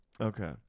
Okay